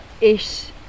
ish